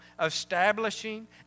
establishing